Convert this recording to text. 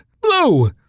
Blue